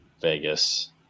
Vegas